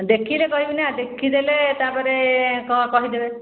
ଦେଖିଲେ କହିବି ନା ଦେଖିଦେଲେ ତା'ପରେ କହିଦେବେ